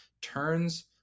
Turns